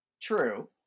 True